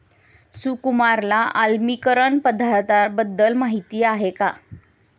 सुकुमारला आम्लीकरण पदार्थांबद्दल माहिती आहे का?